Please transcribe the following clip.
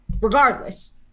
regardless